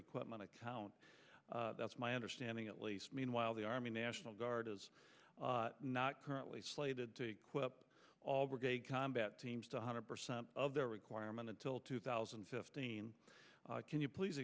equipment account that's my understanding at least meanwhile the army national guard is not currently slated to all gay combat teams to hundred percent of their requirement until two thousand and fifteen can you please